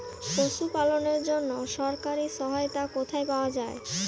পশু পালনের জন্য সরকারি সহায়তা কোথায় পাওয়া যায়?